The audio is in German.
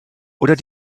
oder